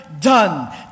done